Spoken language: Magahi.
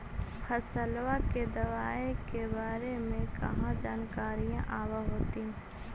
फसलबा के दबायें के बारे मे कहा जानकारीया आब होतीन?